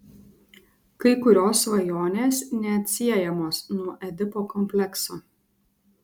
kai kurios svajonės neatsiejamos nuo edipo komplekso